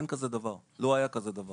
אין כזה דבר ולא היה דבר כזה.